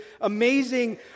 amazing